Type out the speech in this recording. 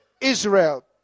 Israel